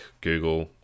Google